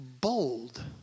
bold